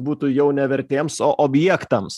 būtų jau ne vertėms o objektams